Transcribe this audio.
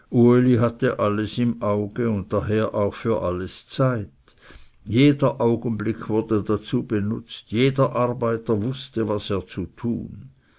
uli hatte alles im auge und daher auch für alles zeit jeder augenblick wurde benutzt jeder arbeiter wußte was er zu tun